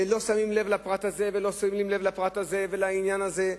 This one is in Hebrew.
ולא שמים לב לפרט זה ולעניין זה,